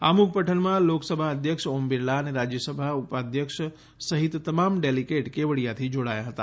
આમુખ પઠનમાં લોકસભા અધ્યક્ષ ઓમ બિરલા અને રાજ્ય સભા ઉપઅધ્યક્ષ હરિવંશ સહિત તમામ ડેલીગેટ કેવડીયાથી જોડાયા હતા